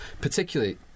particularly